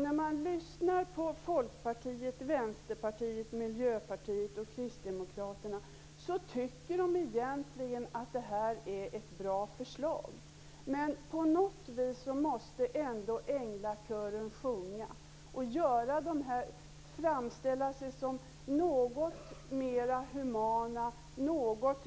När man lyssnar på Folkpartiet, Vänsterpartiet, Miljöpartiet och Kristdemokraterna hör man att de egentligen tycker att det är ett bra förslag, men på något vis måste ändå änglakören sjunga. Dessa partier måste framställa sig som något mera humana och